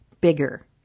bigger